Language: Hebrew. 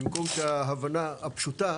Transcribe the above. במקום שההבנה הפשוטה